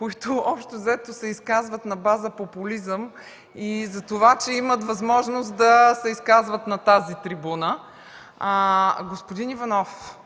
които общо взето се изказват на база популизъм, и затова, че имат възможност да се изказват на тази трибуна. Господин Иванов,